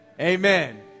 Amen